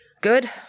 good